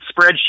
spreadsheet